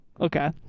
okay